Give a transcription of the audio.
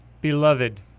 Beloved